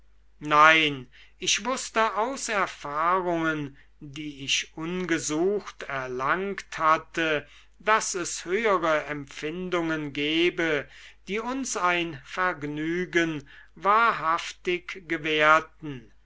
nein ich wußte aus erfahrungen die ich ungesucht erlangt hatte daß es höhere empfindungen gebe die uns ein vergnügen wahrhaftig gewährten